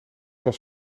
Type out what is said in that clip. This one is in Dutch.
was